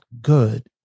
good